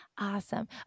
awesome